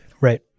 Right